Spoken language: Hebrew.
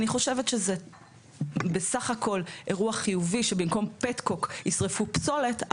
אני חושבת שזה בסך הכול אירוע חיובי שבמקום פטקוק יישרפו פסולת,